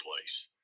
place